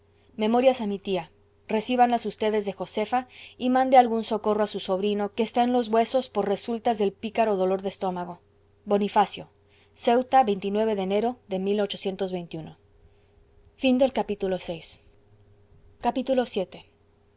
memorias a mi tía recíbanlas ustedes de josefa y mande algún socorro a su sobrino que está en los huesos por resultas del pícaro dolor de estómago bonifacio ceuta de enero de vii